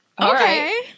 Okay